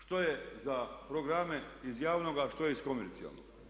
Što je za programe iz javnoga, a što je s komercijalnog?